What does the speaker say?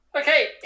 Okay